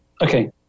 okay